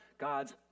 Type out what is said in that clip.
God's